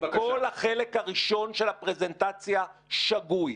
כל החלק הראשון של הפרזנטציה שגוי.